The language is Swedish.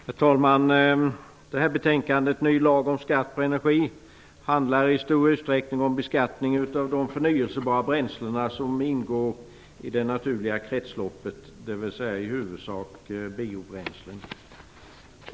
Herr talman! Detta betänkande, Ny lag om skatt på energi, handlar i stor utsträckning om beskattningen av de förnybara bränslen som ingår i det naturliga kretsloppet, dvs. i huvudsak biobränslen.